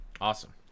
Awesome